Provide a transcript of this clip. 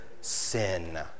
sin